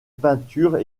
peinture